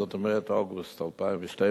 זאת אומרת אוגוסט 2012,